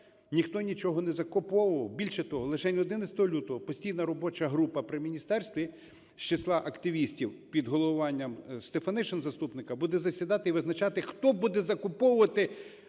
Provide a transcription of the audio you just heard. ніхто нічого не закуповував. Більше того, лише 11 лютого постійна робоча група при міністерстві з числа активістів під головуванням Стефанишиної, заступника, буде засідати і визначати, хто буде закуповувати